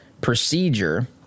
procedure